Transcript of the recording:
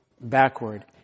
backward